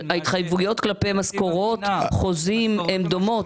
ההתחייבויות בגין משכורות וחוזים הן התחייבויות דומות.